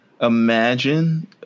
imagine